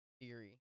theory